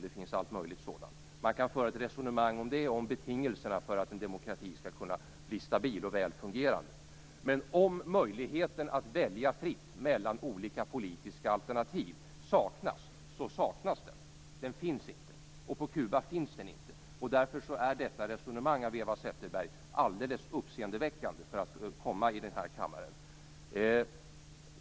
Det finns allt möjligt sådant. Man kan föra ett resonemang om betingelserna för att en demokrati skall kunna bli stabil och väl fungerande. Men om möjligheten att välja fritt mellan olika politiska alternativ saknas finns inte demokrati. På Kuba finns den inte. Därför är detta resonemang som Eva Zetterberg för i denna kammare uppseendeväckande.